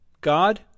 God